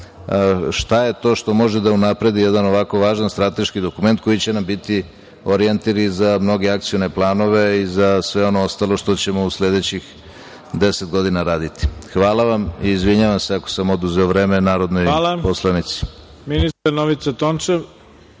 šta je to što može da unapredi jedan ovako važan strateški dokument koji će nam biti orijentir i za mnoge akcione planove i za sve ono ostalo što ćemo u sledećih deset godina raditi. Hvala vam i izvinjavam vam se ako sam oduzeo vreme narodnoj poslanici. **Ivica Dačić** Hvala. Reč